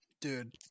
Dude